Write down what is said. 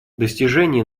достижение